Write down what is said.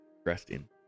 Interesting